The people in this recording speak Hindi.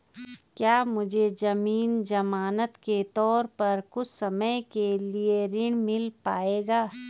क्या मुझे ज़मीन ज़मानत के तौर पर कुछ समय के लिए ऋण मिल पाएगा?